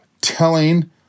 telling